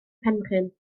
penrhyn